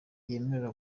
yemerewe